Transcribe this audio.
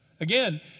Again